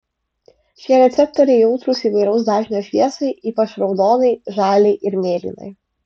šie receptoriai jautrūs įvairaus dažnio šviesai ypač raudonai žaliai ir mėlynai